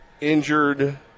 injured